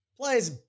players